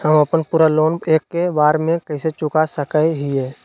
हम अपन पूरा लोन एके बार में कैसे चुका सकई हियई?